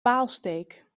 paalsteek